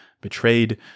betrayed